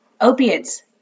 opiates